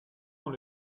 dans